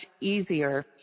easier